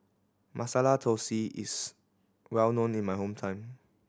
Masala Thosai is well known in my hometown